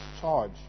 charge